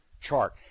chart